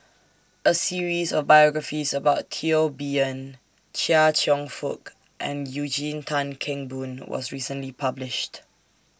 A series of biographies about Teo Bee Yen Chia Cheong Fook and Eugene Tan Kheng Boon was recently published